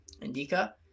Indica